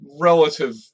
relative